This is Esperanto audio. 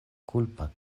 kulpa